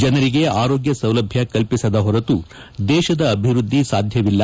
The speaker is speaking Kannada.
ಜನರಿಗೆ ಆರೋಗ್ಯ ಸೌಲಭ್ಯ ಕಲ್ಪಸದ ಹೊರತು ದೇತದ ಅಭಿವೃದ್ಧಿ ಸಾಧ್ಯವಿಲ್ಲ